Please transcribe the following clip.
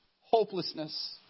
Hopelessness